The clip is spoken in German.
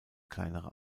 kleinere